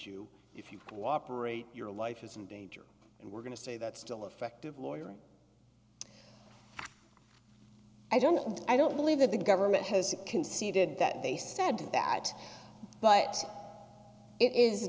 free your life is in danger and we're going to say that's still effective lawyer and i don't i don't believe that the government has conceded that they said that but it is